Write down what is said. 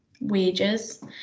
wages